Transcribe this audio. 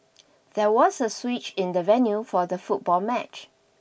there was a switch in the venue for the football match